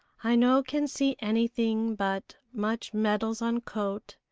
i no can see anything but much medals on coat,